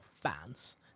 fans